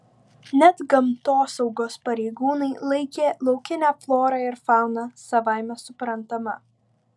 net gamtosaugos pareigūnai laikė laukinę florą ir fauną savaime suprantama